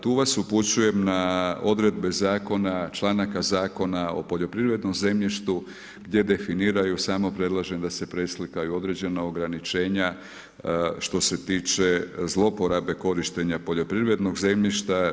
Tu vas upućujem na odredbe zakona, članaka Zakona o poljoprivrednom zemljištu gdje definiraju, samo predlažem da se preslikaju i određena ograničenja što se tiče zlouporabe korištenja poljoprivrednog zemljišta.